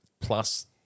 plus